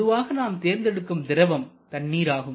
பொதுவாக நாம் தேர்ந்தெடுக்கும் திரவம் தண்ணீர் ஆகும்